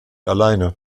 alleine